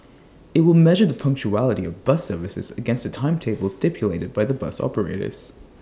IT will measure the punctuality of bus services against the timetables stipulated by the bus operators